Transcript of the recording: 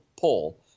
pull